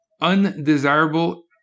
undesirable